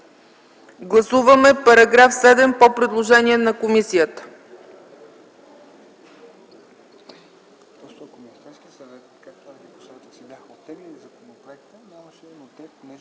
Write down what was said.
Гласуваме § 7 по предложение на комисията.